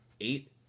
Eight